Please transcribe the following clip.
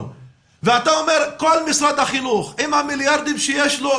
ואתה אומר שכל משרד החינוך עם המיליארדים שיש לו,